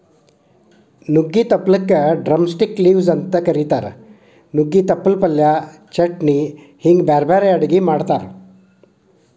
ನುಗ್ಗಿ ತಪ್ಪಲಕ drumstick leaves ಅಂತ ಕರೇತಾರ, ನುಗ್ಗೆ ತಪ್ಪಲ ಪಲ್ಯ, ಚಟ್ನಿ ಹಿಂಗ್ ಬ್ಯಾರ್ಬ್ಯಾರೇ ಅಡುಗಿ ಮಾಡ್ತಾರ